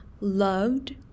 loved